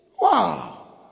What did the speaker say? Wow